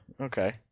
okay